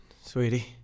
sweetie